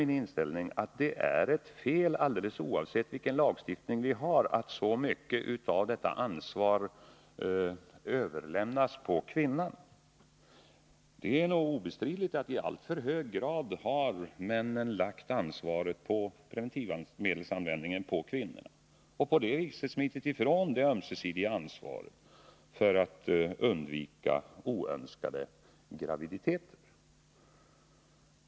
Min inställning är att det är fel, alldeles oavsett vilken lagstiftning vi har, att så mycket av ansvaret i detta fall överlämnas på kvinnorna. Det är nog obestridligt att männen i alltför hög grad har lagt ansvaret för preventivmedelsanvändningen på kvinnorna och på det viset smitit ifrån det ömsesidiga ansvaret för att undvika oönskade graviditeter.